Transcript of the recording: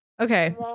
okay